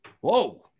Whoa